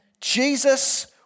Jesus